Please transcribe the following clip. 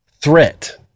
threat